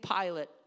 Pilate